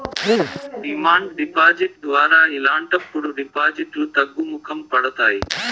demand deposit ద్వారా ఇలాంటప్పుడు డిపాజిట్లు తగ్గుముఖం పడతాయి